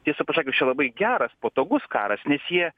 tiesą pasakius čia labai geras patogus karas nes jie